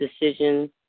decision